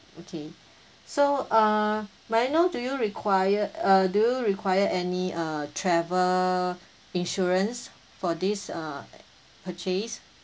okay so uh may I know do you require uh do you require any uh travel insurance for this uh purchase